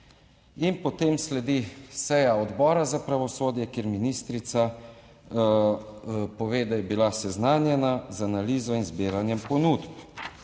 In potem sledi seja Odbora za pravosodje, kjer ministrica pove, da je bila seznanjena z analizo in zbiranjem ponudb.